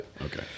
Okay